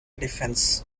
defense